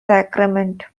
sacrament